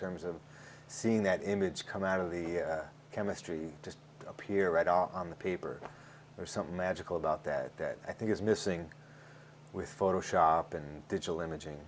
terms of seeing that image come out of the chemistry just appear right on the paper or something magical about that that i think is missing with photoshop and digital imaging